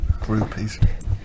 groupies